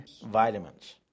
vitamins